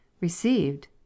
Received